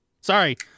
Sorry